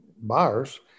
buyers